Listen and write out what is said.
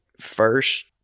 first